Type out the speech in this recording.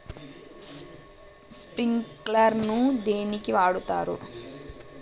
Sprinkler ను దేనికి వాడుతరు?